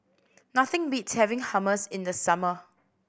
nothing beats having Hummus in the summer